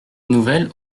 nouvelles